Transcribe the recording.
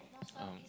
um